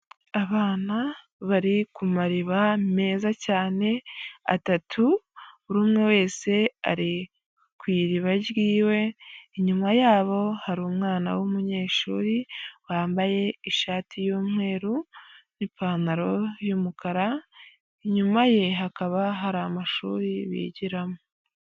Abana bari ku mariba meza cyane atatu buri umwe wese ari ku iriba ryiwe. Inyuma yabo hari umwana w'umunyeshuri wambaye ishati y'umweru n'ipantaro y'umukara, inyuma ye hakaba hari amashuri bigiramo.